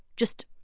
just.